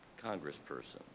congressperson